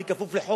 אני כפוף לחוק,